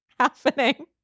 happening